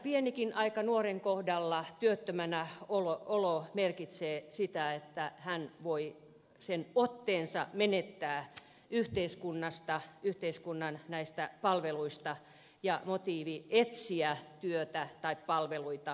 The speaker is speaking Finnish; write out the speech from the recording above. pienikin aika työttömänä oloa nuoren kohdalla merkitsee sitä että hän voi menettää otteensa yhteiskunnasta yhteiskunnan palveluista ja motiivi etsiä työtä tai palveluita katoaa